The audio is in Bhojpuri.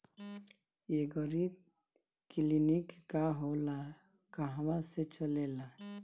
एगरी किलिनीक का होला कहवा से चलेँला?